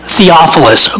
Theophilus